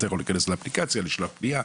אתה יכול להיכנס לאפליקציה, לשלוח פניה.